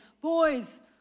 boys